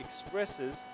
expresses